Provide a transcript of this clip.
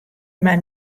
mar